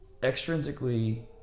extrinsically